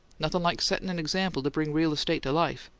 nothin' like settin' an example to bring real estate to life.